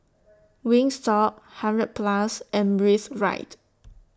Wingstop hundred Plus and Breathe Right